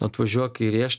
atvažiuoja kai rėš